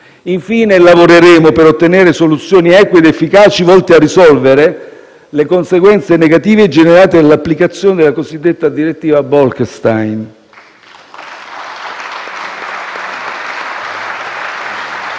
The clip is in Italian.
Infine, lavoreremo per ottenere soluzioni eque ed efficaci volte a risolvere le conseguenze negative generate dell'applicazione della cosiddetta direttiva Bolkestein.